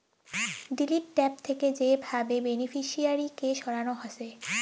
delete tab থাকে যে ভাবে বেনিফিশিয়ারি কে সরানো হসে